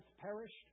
perished